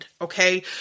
okay